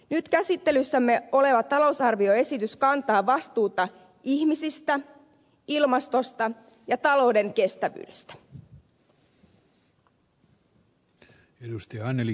nyt käsittelyssämme oleva talousarvioesitys kantaa vastuuta ihmisistä ilmastosta ja talouden kestävyydestä